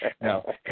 No